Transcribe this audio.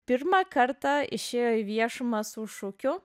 pirmą kartą išėjo į viešumą su šūkiu